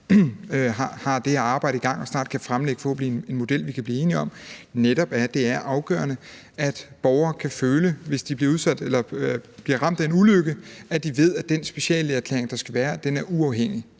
har det arbejde i gang og forhåbentlig snart kan fremlægge en model, vi kan blive enige om. Det er afgørende, at borgere, hvis de bliver ramt af en ulykke, ved, at den speciallægeerklæring, der skal udfærdiges, er uafhængig.